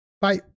bye